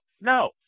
No